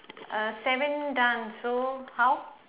err seven done so how